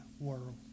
World